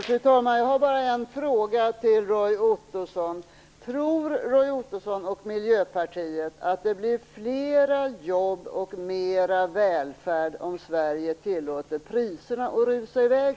Fru talman! Jag har bara en fråga till Roy Ottosson. Tror Roy Ottosson och Miljöpartiet att det blir fler jobb och mer välfärd om Sverige tillåter priserna att rusa iväg?